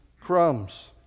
crumbs